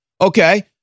Okay